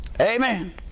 amen